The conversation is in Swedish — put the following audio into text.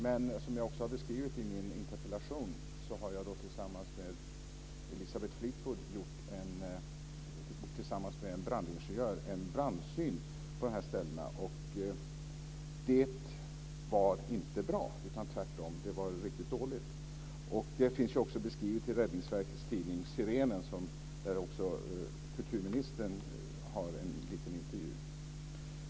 Men som jag också har beskrivit i min interpellation har jag och Elisabeth Fleetwood tillsammans med en brandingenjör gjort en brandsyn på dessa ställen. Det var inte bra utan tvärtom riktigt dåligt. Det finns också beskrivet i Räddningsverkets tidning Sirenen, där också kulturministern är med i en liten intervju.